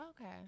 Okay